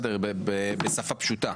בשפה פשוטה,